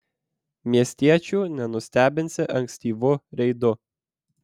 miestiečių nenustebinsi ankstyvu reidu